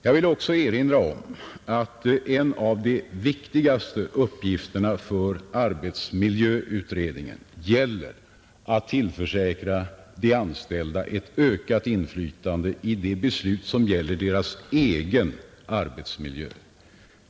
Jag vill också erinra om att en av de viktigaste uppgifterna för arbetsmiljöutredningen är att tillförsäkra de anställda ett ökat inflytande i de beslut som rör deras egen arbetsmiljö.